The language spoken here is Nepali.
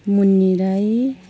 मुन्नी राई